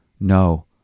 No